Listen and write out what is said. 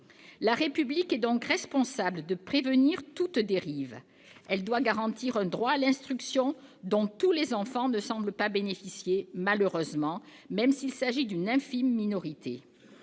La République a donc la responsabilité de prévenir toute dérive. Elle doit garantir un droit à l'instruction, dont tous les enfants ne semblent pas bénéficier, malheureusement, même s'il s'agit d'une infime minorité.